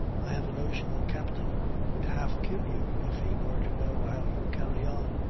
i have a notion the captain would half kill you if he were to know how you carry on.